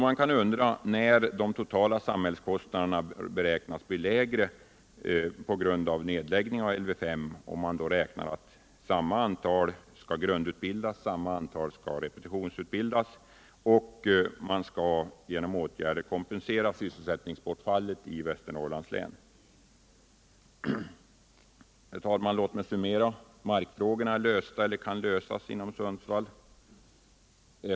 Jag undrar när de totala samhällskostnaderna beräknas bli lägre på grund av Lv §5:s nedläggning, om man räknar med att samma antal skall grundutbildas och samma antal repetitionsutbildas samt om man genom åtgärder skall kompensera sysselsättningsbortfallet i Västernorrlands län. Herr talman! Låt mig summera: Markfrågorna är lösta eller kan lösas i Sundsvall.